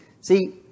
See